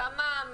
תממ,